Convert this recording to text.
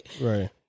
Right